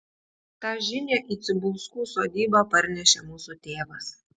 tą žinią į cibulskų sodybą parnešė mūsų tėvas